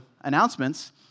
announcements